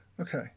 Okay